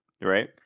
right